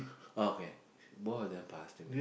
okay both of them passed away